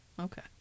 Okay